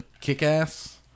Kick-Ass